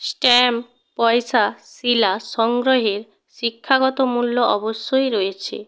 stamp পয়সা শিলা সংগ্রহের শিক্ষাগত মূল্য অবশ্যই রয়েছে